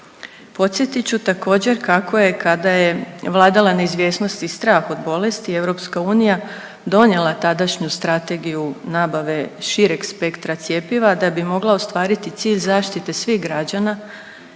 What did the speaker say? Podsjetit ću također kako je kada je vladala neizvjesnost i strah od bolesti EU donijela tadašnju Strategiju nabave šireg spektra cjepiva da bi mogla ostvariti cilj zaštite svih građana